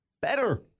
Better